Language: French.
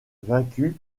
vaincue